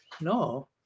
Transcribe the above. No